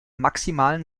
maximalen